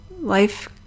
life